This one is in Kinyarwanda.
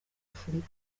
afurika